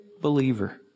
believer